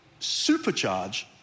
supercharge